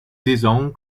saison